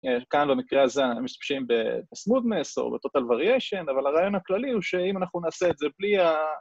כאן במקרה הזה משתמשים בסמודנס או בטוטל וריאשן, אבל הרעיון הכללי הוא שאם אנחנו נעשה את זה בלי ה...